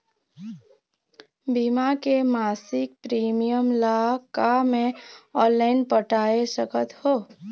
बीमा के मासिक प्रीमियम ला का मैं ऑनलाइन पटाए सकत हो?